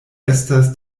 estas